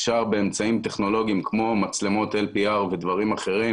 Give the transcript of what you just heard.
אפשר באמצעים טכנולוגיים כמו מצלמות LPR ודברים אחרים